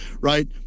right